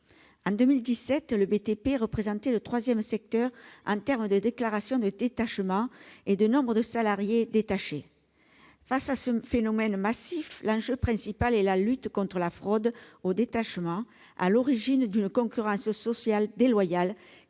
En 2017, le BTP représentait le troisième secteur en termes de déclarations de détachement et de nombre de salariés détachés. Face à ce phénomène massif, l'enjeu principal est la lutte contre la fraude au détachement à l'origine d'une concurrence sociale déloyale